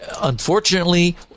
Unfortunately